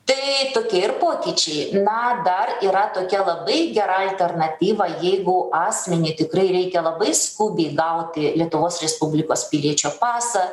tai tokie ir pokyčiai na dar yra tokia labai gera alternatyva jeigu asmeniui tikrai reikia labai skubiai gauti lietuvos respublikos piliečio pasą